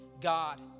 God